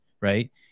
right